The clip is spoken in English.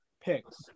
picks